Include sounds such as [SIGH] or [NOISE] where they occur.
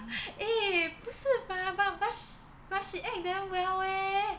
[LAUGHS] eh 不是吧 but but but she act damn well eh